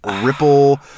ripple